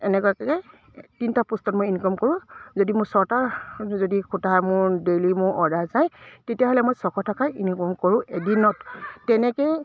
এনেকুৱাকৈ তিনিটা পোষ্টত মই ইনকম কৰোঁ যদি মোৰ ছটা যদি খুঁটা মোৰ ডেইলি মোৰ অৰ্ডাৰ যায় তেতিয়াহ'লে মই ছশ টকা ইনকম কৰোঁ এদিনত তেনেকৈয়ে